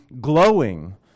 glowing